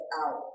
out